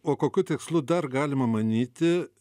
o kokiu tikslu dar galima manyti